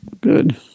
Good